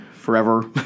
Forever